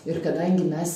ir kadangi mes